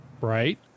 right